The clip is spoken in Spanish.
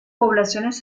poblaciones